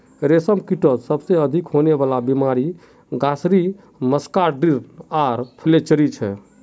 रेशमकीटत सबसे अधिक होने वला बीमारि ग्रासरी मस्कार्डिन आर फ्लैचेरी छे